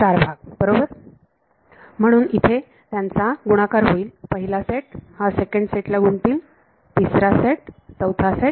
चार भाग बरोबर म्हणून यांचा इथे गुणाकर होईल पहिला सेट हे सेकंड सेटला गुणतील तिसरा सेट चौथा सेट